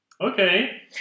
Okay